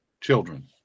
children